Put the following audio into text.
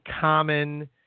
common